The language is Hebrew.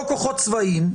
או כוחות צבאיים,